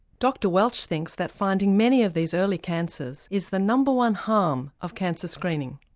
dr welch thinks that finding many of these early cancers is the number one harm of cancer screening.